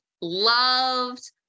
loved